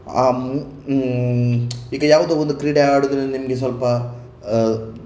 ಆ ಮೂ ಈಗ ಯಾವುದೋ ಒಂದು ಕ್ರೀಡೆ ಆಡುವುದ್ರಿಂದ ನಿಮಗೆ ಸ್ವಲ್ಪ